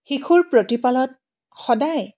শিশুৰ প্ৰতিপালন সদায়